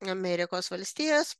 amerikos valstijas